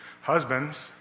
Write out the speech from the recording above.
husbands